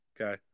Okay